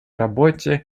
работе